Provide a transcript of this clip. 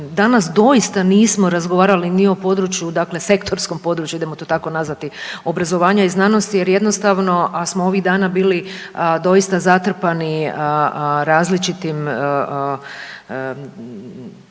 danas doista nismo razgovarali ni o području, sektorskom području idemo to tako nazvati obrazovanja i znanosti jer jednostavno smo ovih dana bili doista zatrpani različitim lobiranjima